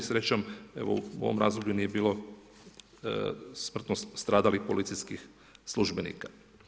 Srećom, evo u ovom razdoblju nije bilo smrtno stradalih policijskih službenika.